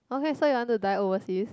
okay so you want to die overseas